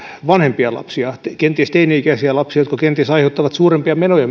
vanhempia lapsia kenties teini ikäisiä lapsia jotka kenties aiheuttavat suurempia menoja